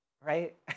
right